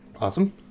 Awesome